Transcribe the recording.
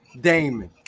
Damon